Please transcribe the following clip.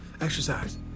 Exercise